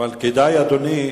אדוני,